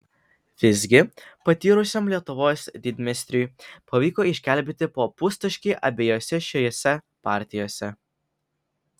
visgi patyrusiam lietuvos didmeistriui pavyko išgelbėti po pustaškį abiejose šiose partijose